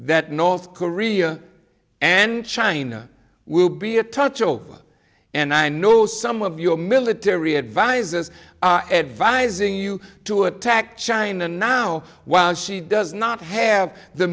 that north korea and china will be a touch over and i know some of your military advisors advising you to attack china now while she does not have the